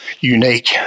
unique